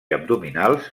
abdominals